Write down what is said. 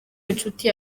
inshuti